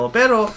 pero